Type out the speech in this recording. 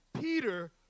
Peter